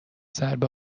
ضربه